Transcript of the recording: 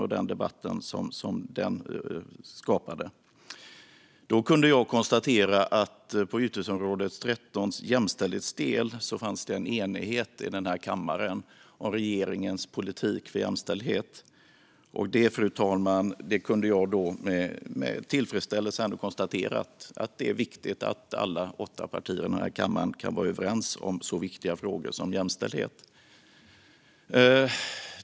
Jag kunde då konstatera att det i detta utgiftsområdes jämställdhetsdel fanns en enighet i kammaren om regeringens politik för jämställdhet. Detta, fru talman, kunde jag med tillfredsställelse konstatera. Det är viktigt att alla åtta partier här i kammaren kan vara överens om så viktiga frågor som jämställdhet.